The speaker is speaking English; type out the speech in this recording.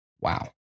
Wow